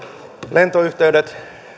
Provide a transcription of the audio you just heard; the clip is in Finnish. lentoyhteydet